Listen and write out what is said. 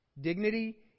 Dignity